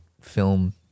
film